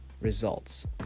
results